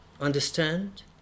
understand